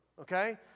Okay